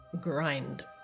Grind